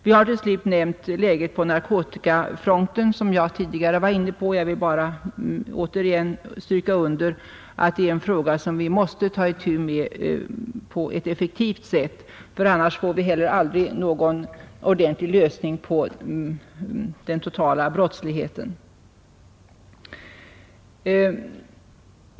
Vi har slutligen nämnt läget på narkotikafronten, som jag tidigare var inne på; jag vill bara återigen understryka att detta är en fråga som vi måste ta itu med på ett effektivt sätt — annars får vi aldrig någon ordentlig lösning på problemet med den totala brottsligheten.